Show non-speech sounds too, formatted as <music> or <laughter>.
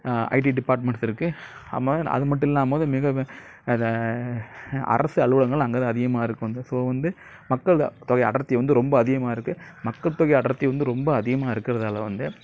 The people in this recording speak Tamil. ஐடி டிபார்ட்மென்ட்ஸ் இருக்குது <unintelligible> அது மட்டும் இல்லாமல் போது மிக அது அரசு அலுவலகங்கள் அங்கே தான் அதிகமாக இருக்கும் வந்து ஸோ வந்து மக்கள் தொகை அடர்த்தி வந்து ரொம்ப அதிகமாக இருக்குது மக்கள் தொகை அடர்த்தி வந்து ரொம்ப அதிகமாக இருக்கிறதால வந்து